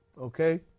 okay